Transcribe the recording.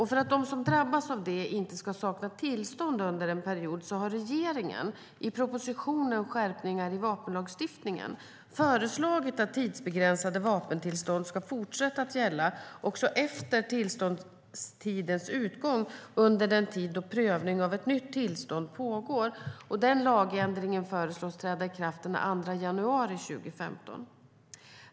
För att de som drabbas av detta inte ska sakna tillstånd under en period har regeringen i propositionen Skärpningar i vapenlagstiftningen föreslagit att tidsbegränsade vapentillstånd ska fortsätta att gälla även efter tillståndstidens utgång under den tid då prövning av ett nytt tillstånd pågår. Lagändringen föreslås träda i kraft den 2 januari 2015.